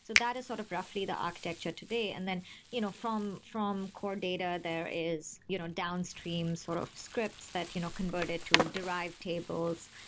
so that is sort of roughly the architecture today and then you know from from core data, there is you know downstream sort of scripts that you know converted to derived tables.